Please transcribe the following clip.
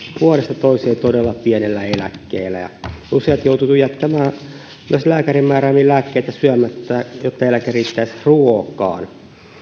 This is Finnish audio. vuodesta toiseen todella pienellä eläkkeellä useat ovat joutuneet jättämään myös lääkärin määräämiä lääkkeitä syömättä jotta eläke riittäisi ruokaan